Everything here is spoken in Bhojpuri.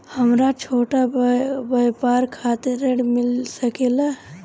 हमरा छोटा व्यापार खातिर ऋण मिल सके ला?